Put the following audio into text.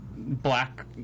Black